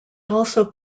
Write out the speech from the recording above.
also